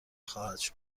خواهد